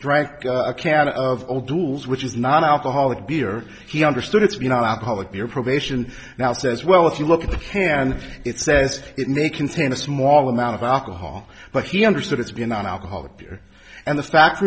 drank a can of all dools which is nonalcoholic beer he understood it's you know alcoholic beer probation now says well if you look at the can it says it may contain a small amount of alcohol but he understood it's been an alcoholic beer and the fact